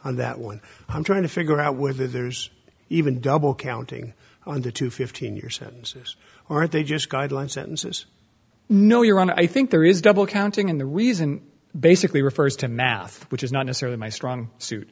on that one i'm trying to figure out whether there's even double counting on the two fifteen year sentences or are they just guideline sentences no you're on i think there is double counting and the reason basically refers to math which is not necessarily my strong suit